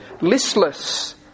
listless